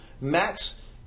Max